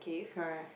correct